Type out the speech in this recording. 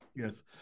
Yes